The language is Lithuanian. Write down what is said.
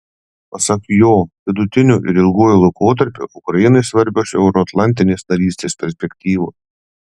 pasak jo vidutiniu ir ilguoju laikotarpiu ukrainai svarbios euroatlantinės narystės perspektyvos